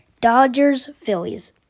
Dodgers-Phillies